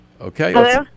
Okay